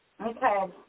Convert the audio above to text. Okay